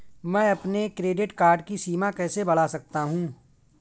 मैं अपने credit card की सीमा कैसे बढ़ा सकता हूँ?